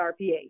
RPA